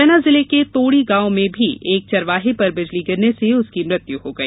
मुरैना जिले के तोड़ी गांव में भी एक चरवाहे पर बिजली गिरने से उसकी मृत्यू हो गई